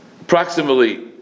Approximately